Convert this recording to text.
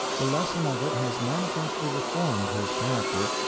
the lesson of it has manifestly reformed his character,